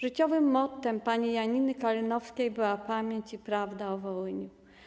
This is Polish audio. Życiowym mottem pani Janiny Kalinowskiej była pamięć i prawda o Wołyniu.